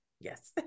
Yes